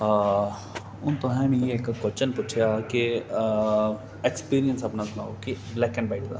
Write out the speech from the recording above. हून तुसें मिगी इक कोआश्चन पुच्छेआ के ऐक्सपीरियंस अपना सनाओ के ब्लैक एंड वाईट दा